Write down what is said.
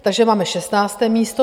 Takže máme 16. místo.